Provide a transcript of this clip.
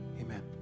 Amen